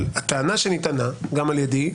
אבל הטענה שנטענה גם על ידי,